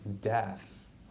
death